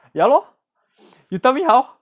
ya lor you tell me how